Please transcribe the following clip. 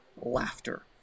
laughter